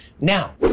Now